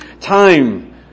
time